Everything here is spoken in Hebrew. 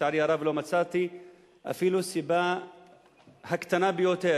ולצערי הרב לא מצאתי אפילו סיבה הקטנה ביותר